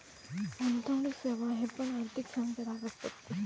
गुंतवणुक सेवा हे पण आर्थिक सेवांचे भाग असत